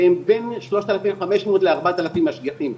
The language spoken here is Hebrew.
שהם בין 3,500 ל-4,000 משגיחים,